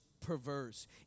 Perverse